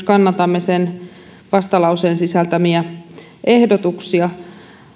kannatamme myös sen vastalauseen sisältämiä ehdotuksia